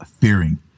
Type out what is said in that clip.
fearing